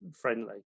friendly